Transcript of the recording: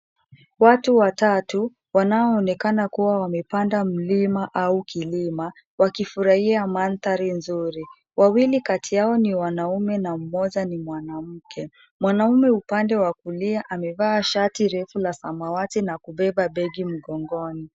Watu watatu wanaoonekana kuwa wamepanda mlima au kilima, wakifurahia mandhari nzuri. Wawili kati yao ni wanaume na mmoja ni mwanamke. Mwanamume upande wa kulia amevaa shati refu la samawati na kubeba begi mgongoni.